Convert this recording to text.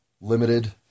limited